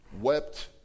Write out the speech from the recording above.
wept